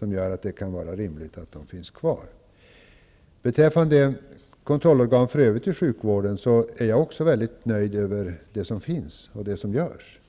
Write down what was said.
Det gör att det kan vara rimligt att de finns kvar. Beträffande kontrollorgan i övrigt inom sjukvården är jag också nöjd med det som finns och görs.